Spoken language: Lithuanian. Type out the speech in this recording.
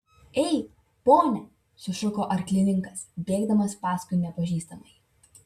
ei pone sušuko arklininkas bėgdamas paskui nepažįstamąjį